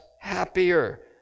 happier